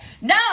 No